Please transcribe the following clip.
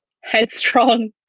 Headstrong